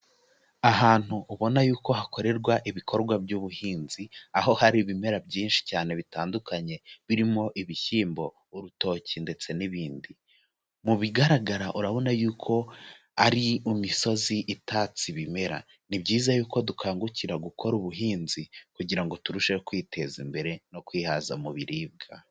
Ahantu ubona yuko hakorerwa ibikorwa by'ubuhinzi, aho hari ibimera byinshi cyane bitandukanye birimo ibishyimbo, urutoki ndetse n'ibindi, mu bigaragara urabona yuko ari imisozi itatse ibimera, ni byiza yuko dukangukira gukora ubuhinzi kugira ngo turusheho kwiteza imbere no kwihaza mu biribwa.